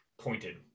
pointed